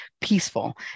peaceful